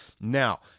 Now